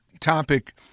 topic